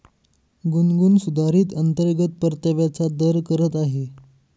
गुनगुन सुधारित अंतर्गत परताव्याचा दर करत आहे